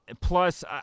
Plus